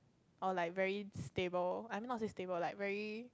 or like very stable I mean not say stable like very